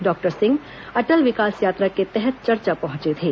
doctor Singh Atal Vikas Yatra के तहत चरचा पहुंचे थे